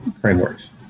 frameworks